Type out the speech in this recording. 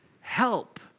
help